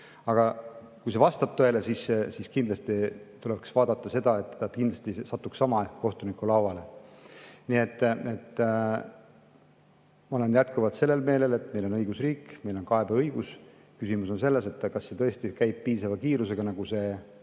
Kui see vastab tõele, siis kindlasti tuleks vaadata seda, et ta kindlasti [ei] satuks sama kohtuniku lauale. Nii et ma olen jätkuvalt seda meelt, et meil on õigusriik, meil on kaebeõigus. Küsimus on selles, kas see tõesti käib piisava kiirusega, nagu